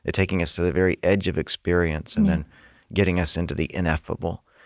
and taking us to the very edge of experience and then getting us into the ineffable.